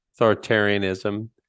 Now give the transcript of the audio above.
authoritarianism